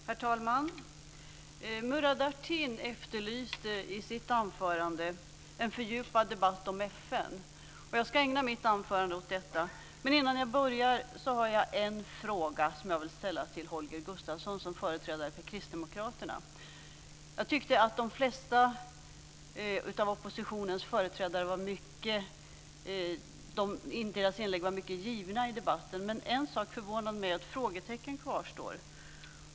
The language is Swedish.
Herr talman! Murad Artin efterlyste i sitt anförande en fördjupad debatt om FN. Jag ska ägna mitt anförande åt detta. Men innan jag börjar har jag en fråga som jag vill ställa till Holger Gustafsson som företrädare för Kristdemokraterna. Jag tyckte att de flesta av inläggen som hölls av oppositionens företrädare var mycket givna i debatten. Men en sak förvånade mig och ett frågetecken kvarstår.